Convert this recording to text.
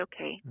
okay